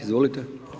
Izvolite.